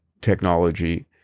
technology